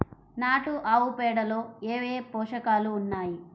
నాటు ఆవుపేడలో ఏ ఏ పోషకాలు ఉన్నాయి?